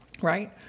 right